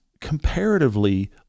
comparatively